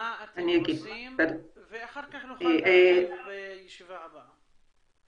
מה אתם עושים ואחר כך נוכל להמשיך בישיבה הבאה.